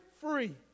free